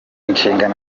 inshingano